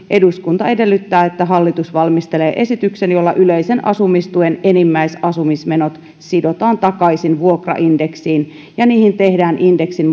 eduskunta edellyttää että hallitus valmistelee esityksen jolla yleisen asumistuen enimmäisasumismenot sidotaan takaisin vuokraindeksiin ja niihin tehdään indeksin